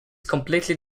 completely